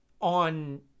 on